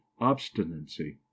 obstinacy